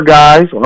guys